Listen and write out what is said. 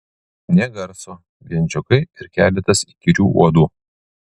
nė garso vien žiogai ir keletas įkyrių uodų